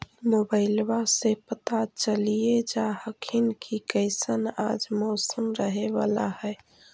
मोबाईलबा से पता चलिये जा हखिन की कैसन आज मौसम रहे बाला है?